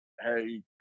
hey